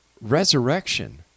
resurrection